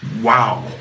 Wow